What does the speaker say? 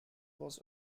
was